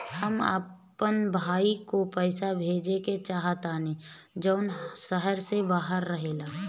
हम अपन भाई को पैसा भेजे के चाहतानी जौन शहर से बाहर रहेला